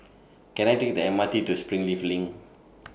Can I Take The MRT to Springleaf LINK